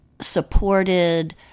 supported